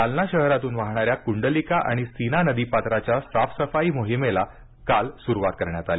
जालना शहरातून वाहणाऱ्या कूंडलिका आणि सीना नदीपात्राच्या साफसफाई मोहिमेला काल सुरुवात करण्यात आली